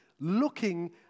looking